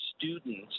students